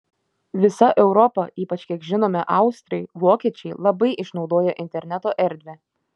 visa europa ypač kiek žinome austrai vokiečiai labai išnaudoja interneto erdvę